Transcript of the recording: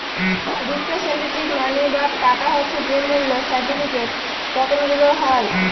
representative money বা টাকা হচ্ছে যে মূল্য সার্টিফিকেট, টকেনগুলার হয়